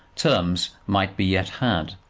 terms might be yet had,